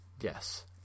yes